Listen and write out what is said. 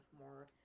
more